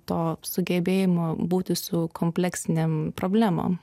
to sugebėjimo būti su kompleksinėm problemom